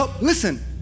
Listen